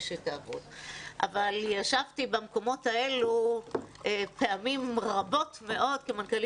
אבל ישבתי במקומות האלו פעמים רבות מאוד כמנכ"לית משרד התרבות והספורט,